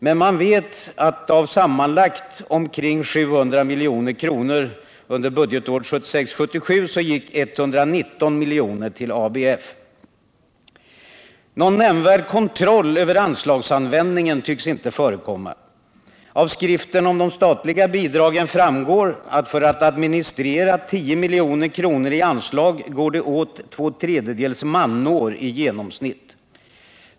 Man vet dock att av sammanlagt omkring 700 milj.kr. under budgetåret 1976/77 gick 119 miljoner till ABF. Någon nämnvärd kontroll över anslagsanvändningen tycks inte förekomma. Av skriften om de statliga bidragen framgår att för att administrera 10 milj.kr. i anslag går det åt två tredjedels manår i genomsnitt.